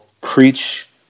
preach